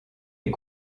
est